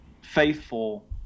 faithful